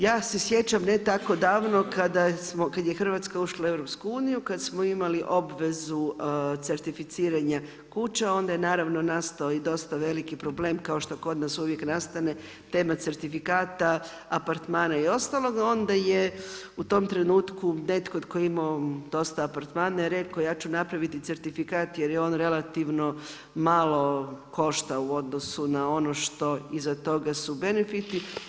Ja se sjećam ne tako davno kada je Hrvatska ušla u EU, kada smo imali obvezu certificiranja kuća onda je naravno nastao i dosta veliki problem kao što kod nas uvijek nastane tema certifikata, apartmana i ostalog, onda je u tom trenutku netko tko je imao dosta apartmana je rekao ja ću napraviti certifikat jer je on relativno malo koštao u odnosu na ono što iza toga su benefiti.